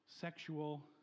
sexual